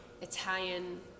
italian